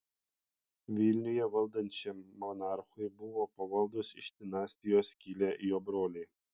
vilniuje valdančiam monarchui buvo pavaldūs iš dinastijos kilę jo broliai